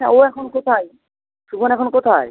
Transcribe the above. হ্যাঁ ও এখন কোথায় শোভন এখন কোথায়